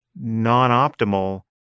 non-optimal